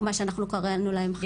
מה שאנחנו קראנו להם חדשות.